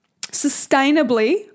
sustainably